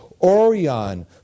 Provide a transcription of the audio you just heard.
Orion